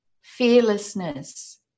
fearlessness